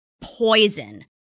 poison